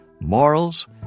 morals